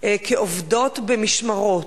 כעובדות במשמרות,